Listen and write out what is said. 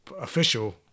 official